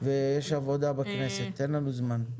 יש עבודה בכנסת, אין לנו בזמן.